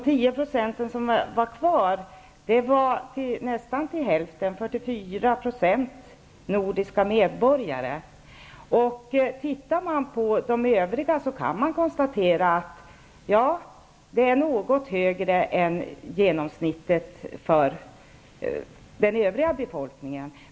Av resterande 10 % utgör nästan hälften -- 44 %-- nordiska medborgare. Beträffande övriga kan man konstatera att det är fråga om något högre tal än för genomsnittet av den övriga befolkningen.